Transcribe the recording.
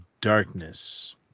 Darkness